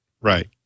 right